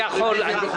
אני יכול.